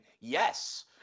yes